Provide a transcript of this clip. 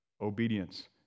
Obedience